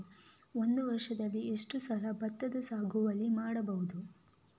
ಒಂದು ವರ್ಷದಲ್ಲಿ ಎಷ್ಟು ಸಲ ಭತ್ತದ ಸಾಗುವಳಿ ಮಾಡಬಹುದು?